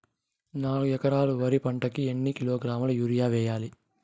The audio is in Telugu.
నాలుగు ఎకరాలు వరి పంటకి ఎన్ని కిలోగ్రాముల యూరియ వేయాలి?